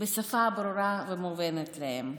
בשפה ברורה ומובנת להם.